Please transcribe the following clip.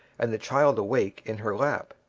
and the child awake in her lap.